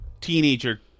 teenager